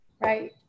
Right